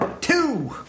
Two